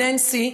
ננסי,